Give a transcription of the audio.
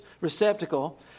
receptacle